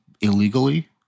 illegally